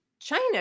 China